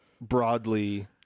broadly